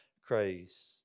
Christ